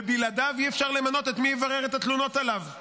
ובלעדיו אי-אפשר למנות את מי שיברר את התלונות עליו.